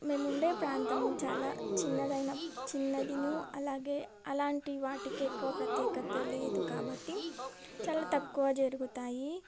మేము ఉండే ప్రాంతం చాలా చిన్నదైనా చిన్నదిను అలాగే అలాంటి వాటికి ఎక్కువ ప్రత్యేకత లేదు కాబట్టి చాలా తక్కువ జరుగుతాయి